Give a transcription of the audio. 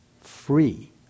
free